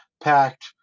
packed